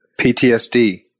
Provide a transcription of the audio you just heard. PTSD